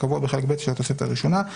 כקבוע בחלק ב' של התוספת הראשונה,